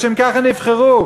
לשם כך הם נבחרו.